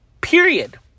Period